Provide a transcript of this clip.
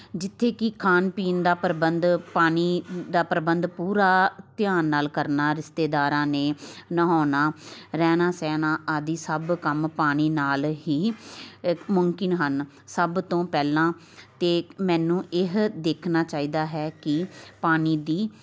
ਜਿੱਥੇ ਕਿ ਖਾਣ ਪੀਣ ਦਾ ਪ੍ਰਬੰਧ ਪਾਣੀ ਦਾ ਪ੍ਰਬੰਧ ਪੂਰਾ ਧਿਆਨ ਨਾਲ ਕਰਨਾ ਰਿਸ਼ਤੇਦਾਰਾਂ ਨੇ ਨਹਾਉਣਾ ਰਹਿਣਾ ਸਹਿਣਾ ਆਦਿ ਸਭ ਕੰਮ ਪਾਣੀ ਨਾਲ ਹੀ ਮੁਮਕਿਨ ਹਨ ਸਭ ਤੋਂ ਪਹਿਲਾਂ ਤਾਂ ਮੈਨੂੰ ਇਹ ਦੇਖਣਾ ਚਾਹੀਦਾ ਹੈ ਕਿ ਪਾਣੀ ਦੀ